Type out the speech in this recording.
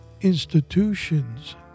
institutions